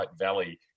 Valley